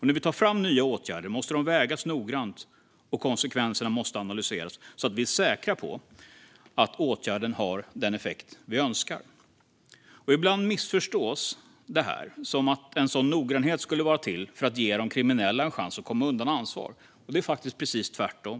När vi tar fram nya åtgärder måste de vägas noggrant, och konsekvenserna måste analyseras så att vi är säkra på att åtgärden har den effekt vi önskar. Ibland missförstås detta som att en sådan noggrannhet skulle vara till för att ge kriminella en chans att komma undan ansvar, men det är faktiskt precis tvärtom.